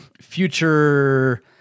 future